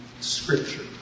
scripture